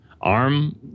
ARM